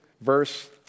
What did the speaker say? verse